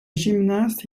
gymnast